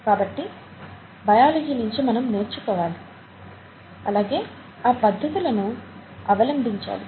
కాబట్టి మనము బయాలజీ నించి నేర్చుకోవాలి అలాగే ఆ పద్ధతులను అవలంబించాలి